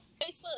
Facebook